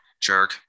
jerk